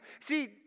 See